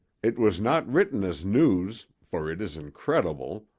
it was not written as news, for it is incredible,